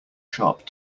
sharp